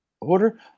Order